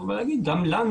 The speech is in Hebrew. גם חברי ועדה,